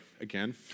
again